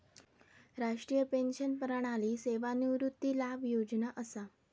राष्ट्रीय पेंशन प्रणाली सेवानिवृत्ती लाभ योजना असा